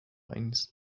lines